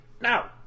Now